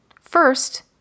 First